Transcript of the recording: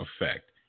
effect